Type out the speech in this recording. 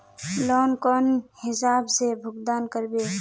Loan कौन हिसाब से भुगतान करबे?